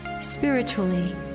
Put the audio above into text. spiritually